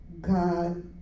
God